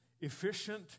efficient